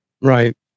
Right